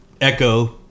Echo